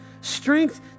strength